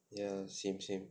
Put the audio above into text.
ya same same